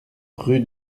rue